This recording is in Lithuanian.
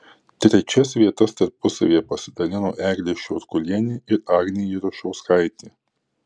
trečias vietas tarpusavyje pasidalino eglė šiaudkulienė ir agnė jarušauskaitė